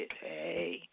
Hey